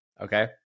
Okay